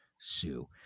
Sue